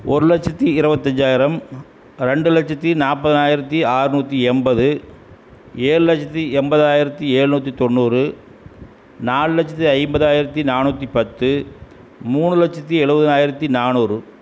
ஒரு லட்சத்து இருபத்தஞ்சாயிரம் ரெண்டு லட்சத்து நாற்பதாயிரத்தி ஆறுநூற்றி எண்பது ஏழு லட்சத்து எண்பதாயிரத்தி ஏழ்நூத்தி தொண்ணூறு நாலு லட்சத்து ஐம்பதாயிரத்து நானூற்றி பத்து மூணு லட்சத்து எழுவதாயிரத்தி நானூறு